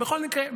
בכל מקרה,